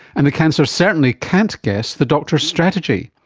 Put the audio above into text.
and the cancer certainly can't guess the doctor's strategy.